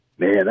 Man